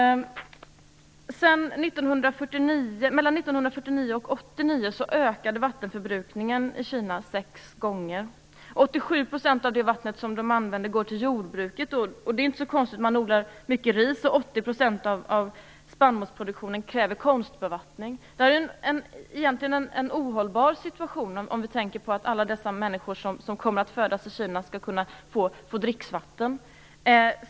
Mellan 1949 och 1989 ökade vattenförbrukningen i Kina sex gånger. 87 % av det vatten som man använder går till jordbruket. Man odlar mycket ris, och 80 % av spannmålsproduktionen kräver konstbevattning. Det är en ohållbar situation med tanke på det behov av dricksvatten som alla de människor som föds i Kina kommer att ha.